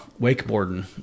wakeboarding